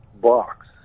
box